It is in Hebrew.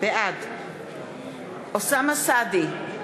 בעד אוסאמה סעדי,